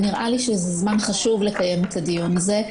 ונראה לי שזה זמן חשוב לקיים את הדיון הזה.